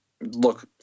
look